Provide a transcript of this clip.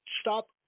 Stop